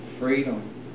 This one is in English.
Freedom